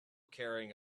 carrying